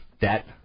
debt